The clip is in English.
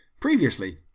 Previously